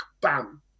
bam